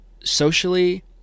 socially